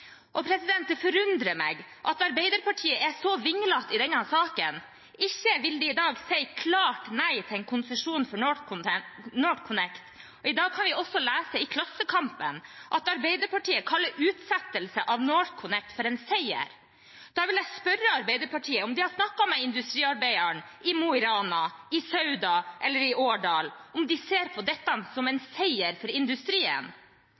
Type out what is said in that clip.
Det forundrer meg at Arbeiderpartiet er så vinglete i denne saken. Ikke vil de i dag si klart nei til en konsesjon for NorthConnect, og i dag kan vi også lese i Klassekampen at Arbeiderpartiet kaller utsettelse av NorthConnect for en seier. Da vil jeg spørre Arbeiderpartiet om de har spurt industriarbeideren i Mo i Rana, i Sauda eller i Årdal om de ser på dette som en seier for industrien.